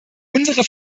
unsere